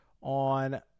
on